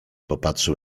popatrzył